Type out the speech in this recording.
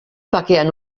bakean